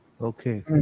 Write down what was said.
Okay